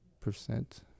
percent